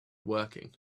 working